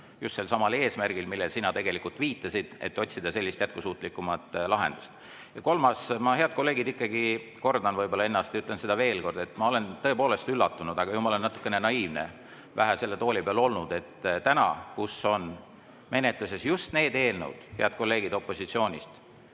Just selsamal eesmärgil, millele sina viitasid, et otsida jätkusuutlikumat lahendust. Ja kolmandaks, ma, head kolleegid, ikkagi kordan ennast ja ütlen seda veel kord, et ma olen tõepoolest üllatunud – ju ma olen natukene naiivne, vähe selle tooli peal istunud –, et täna, kui on menetluses just need eelnõud ja te, head kolleegid opositsioonist,